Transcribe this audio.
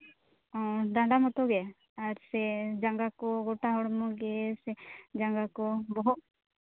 ᱚ ᱰᱟᱸᱰᱟ ᱢᱚᱛᱚ ᱜᱮ ᱟᱨ ᱥᱮ ᱡᱟᱜᱟᱸ ᱠᱚ ᱜᱚᱴᱟ ᱦᱚᱲᱢᱚ ᱜᱮ ᱥᱮ ᱡᱟᱸᱜᱟ ᱠᱚ ᱵᱚᱦᱚᱜ ᱠᱚ